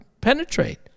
penetrate